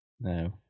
No